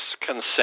consent